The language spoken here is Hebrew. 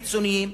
הקיצוניים,